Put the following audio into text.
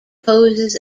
poses